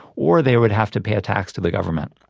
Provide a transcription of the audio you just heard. or they would have to pay a tax to the government.